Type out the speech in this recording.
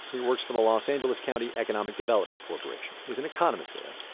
he works for the los angeles county economic development corporation. he's an economist there.